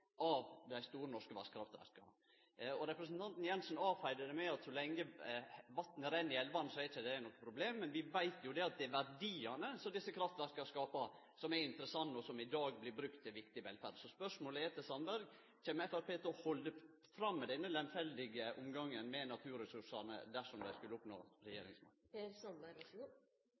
av dei store norske vasskraftverka. Representanten Jensen avfeia det med at så lenge vatnet renn i elvene, så er ikkje det noko problem. Men vi veit jo at det er verdiane som desse kraftverka skaper, som er interessante, og som i dag blir brukte til viktig velferd. Så spørsmålet til Sandberg er: Kjem Framstegspartiet til å halde fram med denne lemfeldige omgangen med naturressursane dersom dei skulle oppnå